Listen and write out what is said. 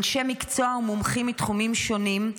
אנשי מקצוע מומחים מתחומים שונים,